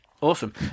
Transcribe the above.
Awesome